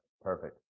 Perfect